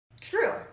True